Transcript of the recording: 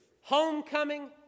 Homecoming